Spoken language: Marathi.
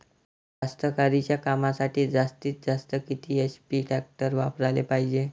कास्तकारीच्या कामासाठी जास्तीत जास्त किती एच.पी टॅक्टर वापराले पायजे?